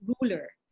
ruler